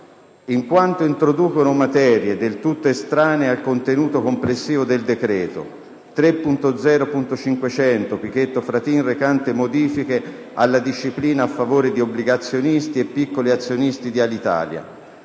in quanto introducono materie del tutto estranee al contenuto complessivo del decreto: 3.0.500 Pichetto Fratin, recante modifiche alla disciplina a favore di obbligazionisti e piccoli azionisti Alitalia;